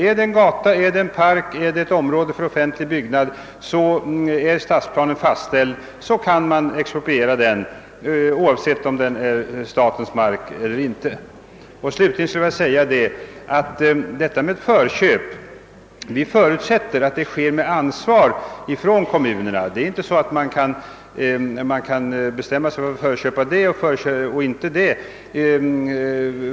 Är det en gata, en park eller ett område för offentlig byggnad och är stadsplanen fastställd, så kan man expro priera vare sig det är statens mark eller inte. Slutligen vill jag nämna att vi förutsätter att förköp sker under ansvar från kommunernas sida. Man kan inte bestämma sig för förköp när det gäller det ena men inte när det gäller det andra.